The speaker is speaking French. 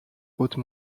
hautes